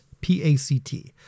P-A-C-T